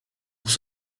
pour